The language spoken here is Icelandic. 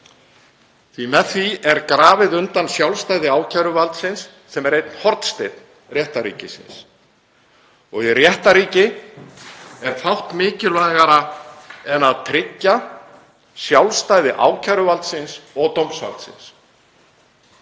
Með því er grafið undan sjálfstæði ákæruvaldsins sem er einn hornsteinn réttarríkisins og í réttarríki er fátt mikilvægara en að tryggja sjálfstæði ákæruvaldsins og dómsvaldsins.